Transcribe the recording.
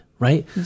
Right